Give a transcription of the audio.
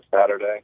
Saturday